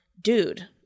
dude